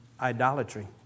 Idolatry